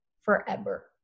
forever